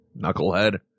Knucklehead